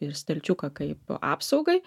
į stalčiuką kaip apsaugai